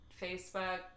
Facebook